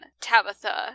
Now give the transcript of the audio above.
Tabitha